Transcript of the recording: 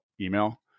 email